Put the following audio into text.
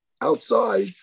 outside